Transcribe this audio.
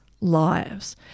lives